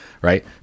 right